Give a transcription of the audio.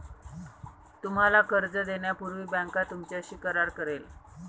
तुम्हाला कर्ज देण्यापूर्वी बँक तुमच्याशी करार करेल